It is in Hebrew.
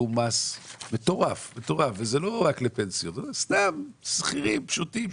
תיאום מס וזה לא רק לפנסיות אלא סתם שכירים פשוטים.